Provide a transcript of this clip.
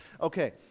Okay